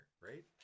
right